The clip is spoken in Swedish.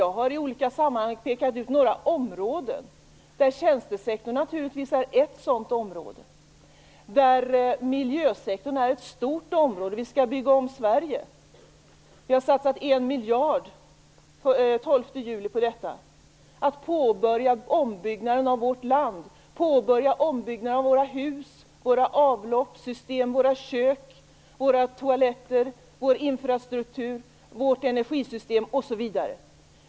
Jag har i olika sammanhang pekat ut några områden. Tjänstesektorn är naturligtvis ett sådant område. Miljösektorn är ett stort område. Vi skall bygga om Sverige. Vi satsade en miljard på detta den 12 juli. Vi skall påbörja ombyggnaden av vårt land. Vi skall påbörja ombyggnaden av våra hus, våra avloppssystem, våra kök, våra toaletter, vår infrastruktur, vårt energisystem osv.